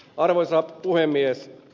arvoisa puhemies